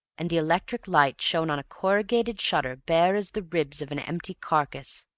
and the electric light shone on a corrugated shutter bare as the ribs of an empty carcase.